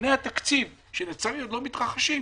בדיוני התקציב, שלצערי עוד לא מתרחשים,